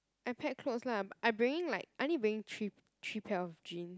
I pack clothes lah I bringing like I only bringing three three pairs of jean